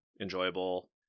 enjoyable